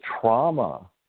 trauma